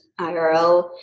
IRL